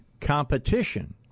competition